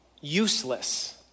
useless